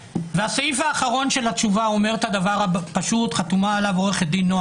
והסעיף האחרון של התשובה אומר את הדבר הבא חתומה עליו עו"ד נועה